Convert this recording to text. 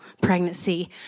pregnancy